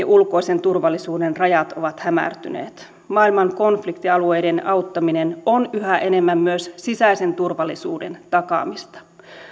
ulkoisen turvallisuuden rajat ovat hämärtyneet maailman konfliktialueiden auttaminen on yhä enemmän myös sisäisen turvallisuuden takaamista